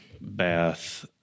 Bath